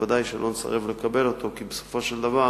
ודאי שלא נסרב לקבל אותו, כי בסופו של דבר